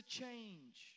change